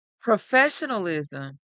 professionalism